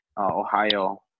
Ohio